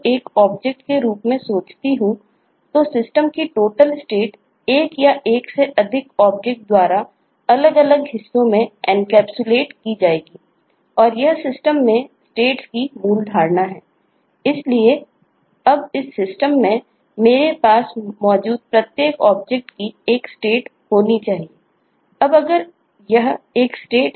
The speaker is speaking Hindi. एक स्टेट मौजूद है